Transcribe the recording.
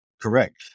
Correct